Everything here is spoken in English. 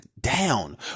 down